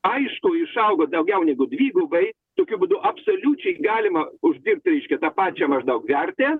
aišku išaugo daugiau negu dvigubai tokiu būdu absoliučiai galima uždirbt reiškia tą pačią maždaug vertę